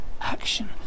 action